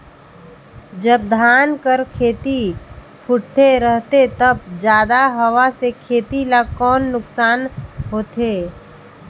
जब धान कर खेती फुटथे रहथे तब जादा हवा से खेती ला कौन नुकसान होथे?